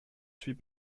suis